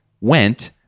went